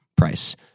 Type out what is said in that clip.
price